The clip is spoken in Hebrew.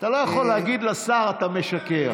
אתה לא יכול להגיד לשר "אתה משקר".